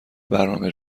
برنامه